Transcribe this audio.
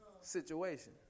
situation